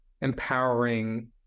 empowering